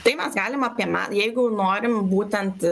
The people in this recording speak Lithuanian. tai mes galim apie me jeigu norim būtent